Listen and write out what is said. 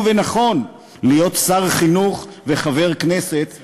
ונכון להיות שר חינוך וחבר כנסת בו-זמנית.